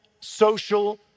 social